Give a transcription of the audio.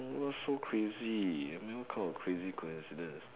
what's so crazy I mean what kind of crazy coincidence